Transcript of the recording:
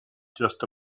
just